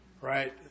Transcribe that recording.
right